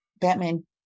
Batman